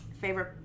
Favorite